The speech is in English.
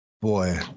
boy